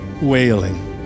wailing